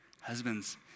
Husbands